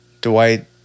Dwight